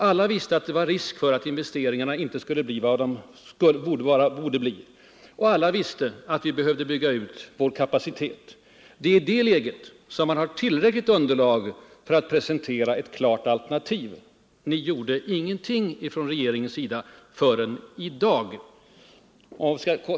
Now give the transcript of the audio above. Alla visste att det var risk för att investeringarna inte skulle bli vad de borde bli. Och alla visste att vi behövde bygga ut vår kapacitet. Det är i det läget som man har tillräckligt underlag för att presentera ett klart alternativ. Ni gjorde ingenting från regeringens sida förrän i dag.